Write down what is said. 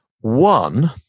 One